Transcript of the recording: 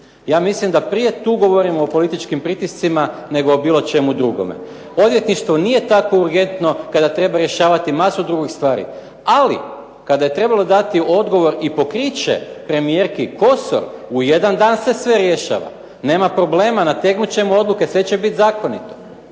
Ja mislim da prije tu govorimo o političkim pritiscima nego o bilo čemu drugome. Odvjetništvo nije tako urgentno kada treba rješavati masu drugih stvari, ali kada je trebalo dati odgovor i pokriće premijerki Kosor u jedan dan se sve rješava. Nema problema, nategnut ćemo odluke, sve će biti zakonito.